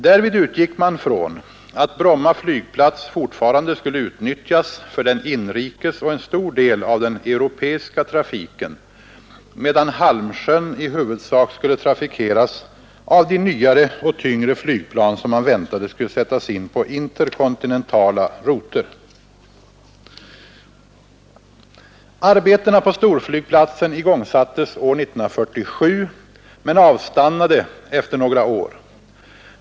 Därvid utgick man från att Bromma flygplats fortfarande skulle utnyttjas för den inrikes och en stor del av den europeiska trafiken, medan Halmsjön i huvudsak skulle trafikeras av de nyare och tyngre flygplan som man väntade skulle sättas in på interkontinentala router. Arbetena på storflygplatsen igångsattes år 1947 men avstannade efter några år.